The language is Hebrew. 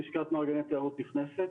אני מלשכת מארגני תיירות נכנסת.